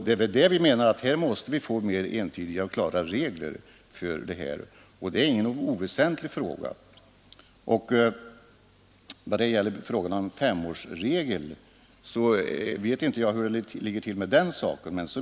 Därför måste vi få mera entydiga och klara regler för detta. Det är ingen oväsentlig fråga. Jag vet inte hur det ligger till med femårsregeln.